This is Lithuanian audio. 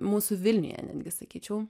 mūsų vilniuje netgi sakyčiau